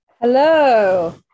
Hello